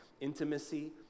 intimacy